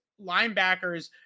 linebackers